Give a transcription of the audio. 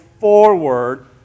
forward